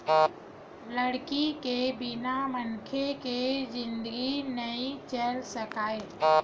लकड़ी के बिना मनखे के जिनगी नइ चल सकय